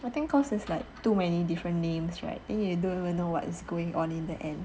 I think cause is like too many different names right then you don't even know what is going on in the end